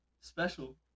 Special